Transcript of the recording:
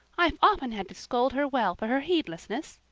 i've often had to scold her well for her heedlessness.